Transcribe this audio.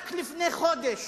רק לפני חודש